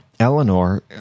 Eleanor